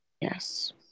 Yes